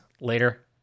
later